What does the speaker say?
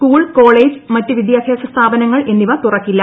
school college മറ്റ് വിദ്യാഭ്യാസ സ്ഥാപനങ്ങൾ എന്നിവ തുറക്കില്ല